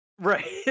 Right